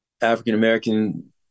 African-American